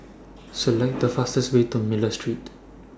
Select The fastest Way to Miller Street